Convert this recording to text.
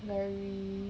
very